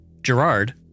Gerard